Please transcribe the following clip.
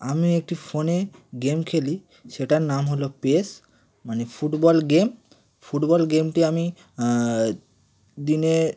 আমি একটি ফোনে গেম খেলি সেটার নাম হলো পেস মানে ফুটবল গেম ফুটবল গেমটি আমি দিনে